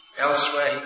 Elsewhere